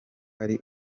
ari